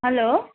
hello